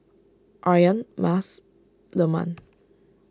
Aryan Mas Leman